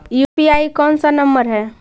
UPI कोन सा number हैं?